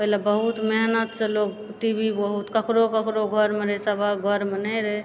पहिले बहुत मेहनतसंँ लोग टी भी ककरो ककरो घरमे रहै सबहक घरमे नहि रहै